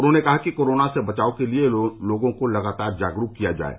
उन्होंने कहा कि कोरोना से बचाव के लिये लोगों को लगातार जागरूक किया जाये